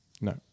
No